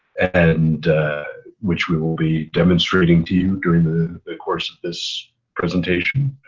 and which we will be demonstrating to you during the course of this presentation.